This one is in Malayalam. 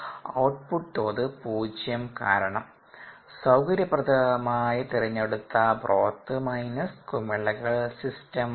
ഔട്ട്പുട്ട് തോത് 0 കാരണം സൌകര്യപ്രദമായി തിരഞ്ഞെടുത്ത ബ്രോത്ത് മൈനസ് കുമിളകൾസിസ്റ്റം ആണ്